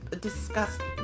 disgusting